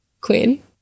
Queen